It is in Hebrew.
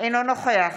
אינו נוכח